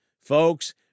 Folks